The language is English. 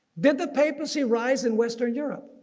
did the papacy rise in western europe?